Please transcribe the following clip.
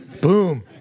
Boom